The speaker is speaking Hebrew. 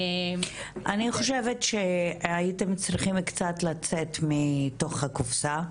אני חושבת שהייתם צריכים קצת לצאת מתוך הקופסה.